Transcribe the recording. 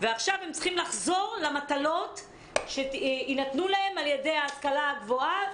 ועכשיו הם צריכים לחזור למטלות שיינתנו להם על ידי ההשכלה הגבוהה,